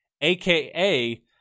aka